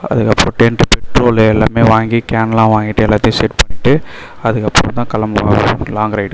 அதற்கப்பறம் tent petrol எல்லாமே வாங்கி கேன்லாம் வாங்கிகிட்டு எல்லாத்தையும் செட் பண்ணிட்டு அதற்கப்பறம் தான் கிளம்புவேன் லாங் ரைடு